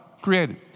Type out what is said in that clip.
created